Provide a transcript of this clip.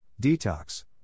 Detox